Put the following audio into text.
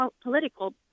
political